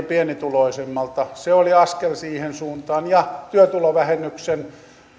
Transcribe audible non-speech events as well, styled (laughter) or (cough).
(unintelligible) pienituloisimmalta se oli askel siihen suuntaan ja työtulovähennyksen